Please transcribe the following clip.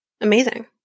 amazing